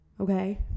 okay